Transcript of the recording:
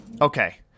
Okay